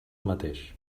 mateix